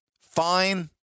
fine